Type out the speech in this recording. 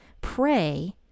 pray